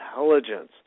intelligence